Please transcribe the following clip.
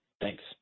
Thanks